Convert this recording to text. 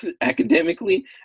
academically